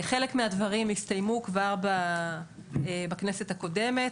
חלק מהדברים התסיימו כבר בכנסת הקודמת,